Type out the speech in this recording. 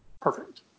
Perfect